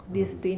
mm